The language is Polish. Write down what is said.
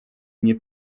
nie